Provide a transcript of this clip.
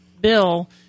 bill